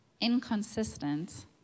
inconsistent